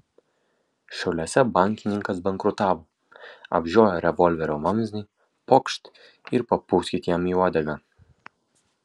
šiauliuose bankininkas bankrutavo apžiojo revolverio vamzdį pokšt ir papūskit jam į uodegą